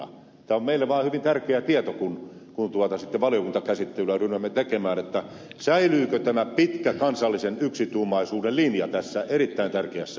tämä on meille vain hyvin tärkeä tieto kun sitten valiokuntakäsittelyä ryhdymme tekemään että säilyykö tämä pitkä kansallisen yksituumaisuuden linja tässä erittäin tärkeässä